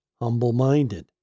humble-minded